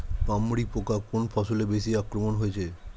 পামরি পোকা কোন ফসলে বেশি আক্রমণ হয়েছে?